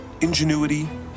Ingenuity